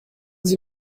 sie